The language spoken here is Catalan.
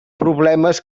problemes